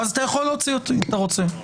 אתה יכול להוציא אותי אם אתה רוצה.